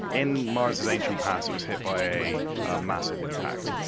in mars' ancient past, it was hit by a massive impact.